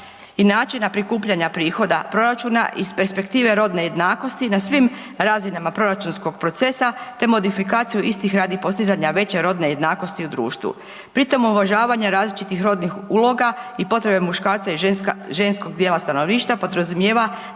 i načina prikupljanja prihoda proračuna iz perspektive rodne jednakosti na svim razinama proračunskog procesa te modifikaciju istih radi postizanja veće rodne jednakosti u društvu. Pri tom uvažavanja različitih rodnih uloga i potrebe muškarca i ženskog dijela stanovništva podrazumijeva